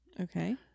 Okay